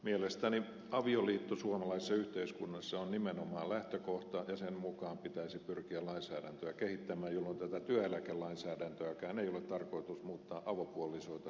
mielestäni avioliitto suomalaisessa yhteiskunnassa on nimenomaan lähtökohta ja sen mukaan pitäisi pyrkiä lainsäädäntöä kehittämään jolloin tätä työeläkelainsäädäntöäkään ei ole tarkoitus muuttaa avopuolisoita suosivaksi